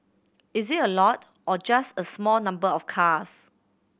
is it a lot or just a small number of cars